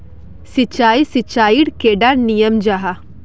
सिंचाई सिंचाईर कैडा नियम जाहा?